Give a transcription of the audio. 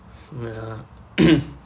ya